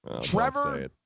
Trevor